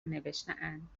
نوشتهاند